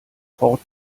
port